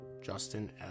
Justin